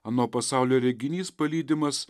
ano pasaulio reginys palydimas